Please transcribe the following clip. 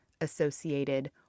associated